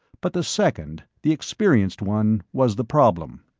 but the second, the experienced one, was the problem.